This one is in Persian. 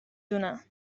دونن